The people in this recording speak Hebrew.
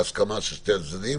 בהסכמה של שני הצדדים.